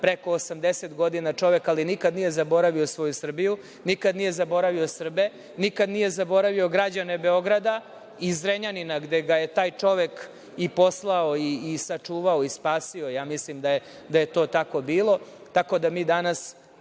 preko 80 godina čovek, ali nikad nije zaboravio svoju Srbiju, nikad nije zaboravio Srbe, nikad nije zaboravio građane Beograda i Zrenjanina, gde ga je taj čovek i poslao i sačuvao i spasio. Ja mislim da je to tako bilo. Tako da, mi danas